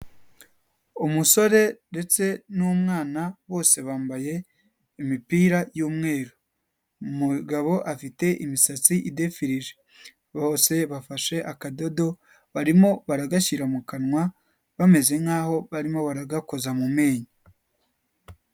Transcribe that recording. Umusore ndetse n'umwana bose bambaye imipira y'umweru, umugabo afite imisatsi idefirije, bose bafashe akadodo barimo baragashyira mu kanwa bameze nk'aho barimo baragakoza mu menyo.